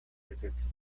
visits